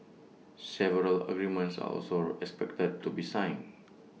several agreements are also expected to be signed